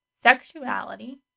sexuality